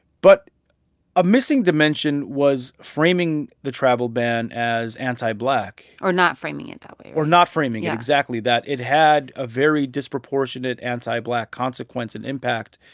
but a missing dimension was framing the travel ban as anti-black or not framing it that way or not framing it, exactly, that it had a very disproportionate anti-black consequence and impact